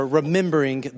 remembering